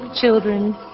children